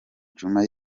djuma